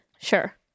sure